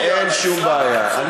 אין שום בעיה,